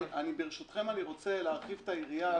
ברשותכם אני רוצה להרחיב את היריעה.